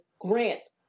grants